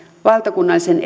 valtakunnallisen